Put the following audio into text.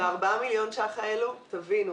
ב-4 מיליון ש"ח האלה, תבינו,